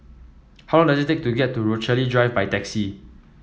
how long does it take to get to Rochalie Drive by taxi